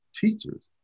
teachers